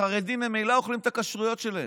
החרדים ממילא אוכלים את הכשרויות שלהם.